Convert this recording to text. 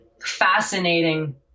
fascinating